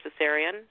cesarean